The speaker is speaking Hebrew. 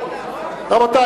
רבותי,